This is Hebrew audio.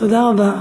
תודה רבה.